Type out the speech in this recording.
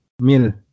mil